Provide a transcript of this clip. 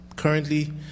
Currently